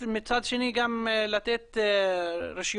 ומצד שני, גם לתת רישיונות